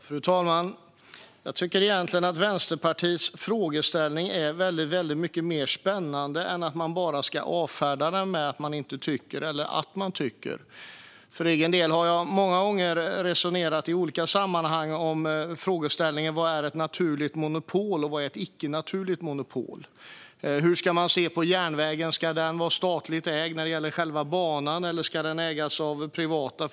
Fru talman! Jag tycker egentligen att Vänsterpartiets frågeställning är mycket mer spännande än att man bara ska avfärda den med att man inte tycker eller att man tycker något. För egen del har jag många gånger resonerat i olika sammanhang om frågeställningen: Vad är ett naturligt monopol? Och vad är ett icke naturligt monopol? Hur ska man se på järnvägen? Ska den vara statligt ägd när det gäller själva banan, eller ska den ägas av privata aktörer?